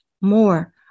more